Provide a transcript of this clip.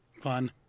Fun